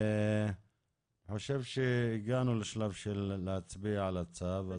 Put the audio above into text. אני חושב שהגענו לשלב של להצביע על הצו.